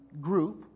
group